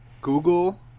google